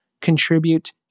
contribute